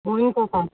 हुन्छ सर